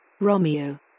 Romeo